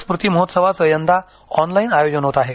स्मृती महोत्सवाचं यंदा ऑनलाईन आयोजन होत आहे